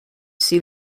see